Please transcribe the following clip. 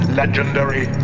legendary